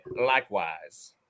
likewise